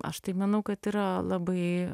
aš tai manau kad yra labai